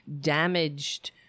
damaged